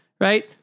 right